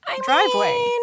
driveway